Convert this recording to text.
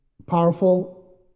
powerful